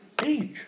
age